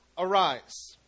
arise